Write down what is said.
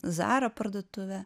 zara parduotuvę